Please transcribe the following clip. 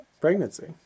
pregnancy